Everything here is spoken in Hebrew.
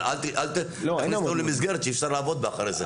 אבל אל תכניס אותנו למסגרת שאי אפשר לעמוד בה אחרי זה.